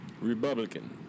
republican